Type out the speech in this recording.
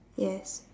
yes